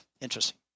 Interesting